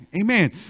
Amen